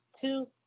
two